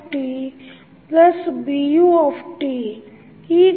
dxdtAxtBut